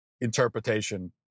interpretation